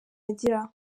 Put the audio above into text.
agira